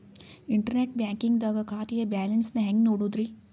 Internet banking ದಾಗ ಖಾತೆಯ balance ನ ಹೆಂಗ್ ನೋಡುದ್ರಿ?